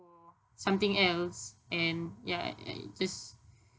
something else and ya I I just